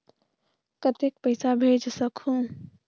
कतेक पइसा भेज सकहुं?